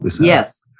Yes